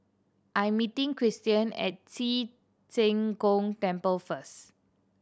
I'm meeting Kristian at Ci Zheng Gong Temple first